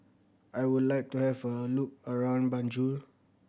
I would like to have a look around Banjul